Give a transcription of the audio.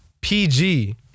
PG